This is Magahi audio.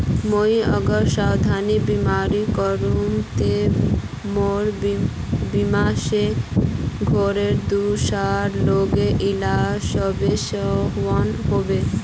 मुई अगर स्वास्थ्य बीमा करूम ते मोर बीमा से घोरेर दूसरा लोगेर इलाज होबे सकोहो होबे?